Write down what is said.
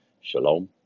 Shalom